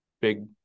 big